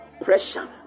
Pressure